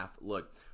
look